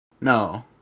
no